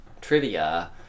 trivia